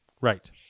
Right